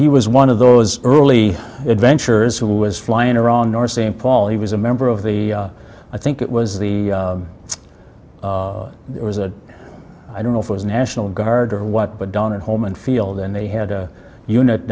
he was one of those early adventurers who was flying around north st paul he was a member of the i think it was the it was a i don't know if it was a national guard or what but done at home and field and they had a unit